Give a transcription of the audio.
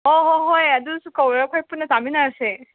ꯑꯣ ꯍꯣ ꯍꯣꯏ ꯑꯗꯨꯁꯨ ꯀꯧꯔꯨꯔꯒ ꯑꯩꯈꯣꯏ ꯄꯨꯟꯅ ꯆꯥꯃꯤꯟꯅꯔꯁꯦ